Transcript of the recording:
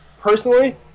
personally